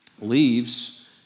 leaves